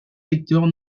secteurs